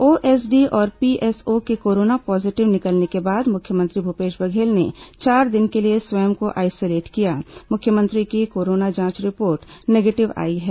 OSD और PSO के corona positive निकलने के बाद मुख्यमंत्री भूपेश बघेल ने चार दिन के लिए स्वयं को आइसोलेट किया मुख्यमंत्री की कोरोना जांच रिपोर्ट निगेटिव आई है